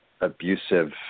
abusive